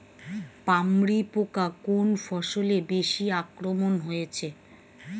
পামরি পোকা কোন ফসলে বেশি আক্রমণ হয়েছে?